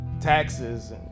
taxes